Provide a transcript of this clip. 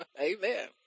Amen